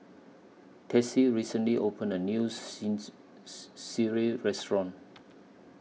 Tessie recently opened A New since Sireh Restaurant